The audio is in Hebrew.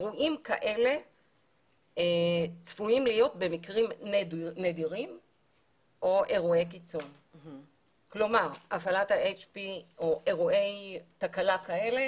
4. כשנובל תגיש את עמדתה,